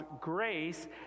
grace